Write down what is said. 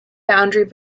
boundary